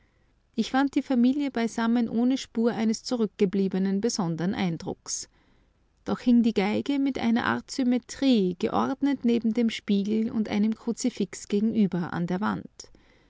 ich fand die familie beisammen ohne spur eines zurückgebliebenen besondern eindrucks doch hing die geige mit einer art symmetrie geordnet neben dem spiegel und einem kruzifix gegenüber an der wand